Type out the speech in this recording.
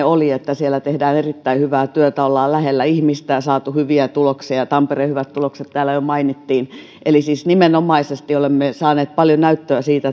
oli että siellä tehdään erittäin hyvää työtä ollaan lähellä ihmistä ja on saatu hyviä tuloksia tampereen hyvät tulokset täällä jo mainittiin eli siis nimenomaisesti olemme saaneet paljon näyttöä siitä